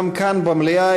גם כאן במליאה,